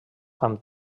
amb